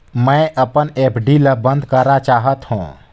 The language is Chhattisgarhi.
मैं अपन एफ.डी ल बंद करा चाहत हों